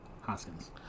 Hoskins